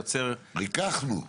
ריככנו.